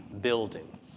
building